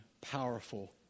powerful